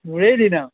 মোৰেই দিন আৰু